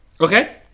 Okay